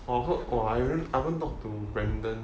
orh I heard or I haven't talk to brandon